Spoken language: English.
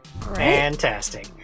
Fantastic